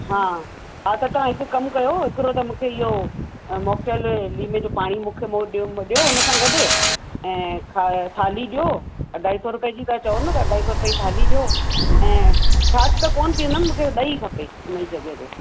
हा हा त तां हिकु कमु कयो हिकिड़ो त मूंखे इहो मॉक्टेल लीमें जो पाणी मूंखे मो ॾियो ॾियो उन सां गॾु ऐं खा थाली ॾियो अढाई सौ रुपए जी था चओ न त अढाई सौ रुपए जी थाली ॾियो ऐं छाछ त कोन्ह पीअंदमि मूंखे ॾई खपे उनई जॻह ते